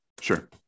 Sure